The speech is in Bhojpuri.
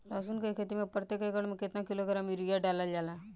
लहसुन के खेती में प्रतेक एकड़ में केतना किलोग्राम यूरिया डालल जाला?